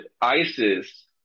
Isis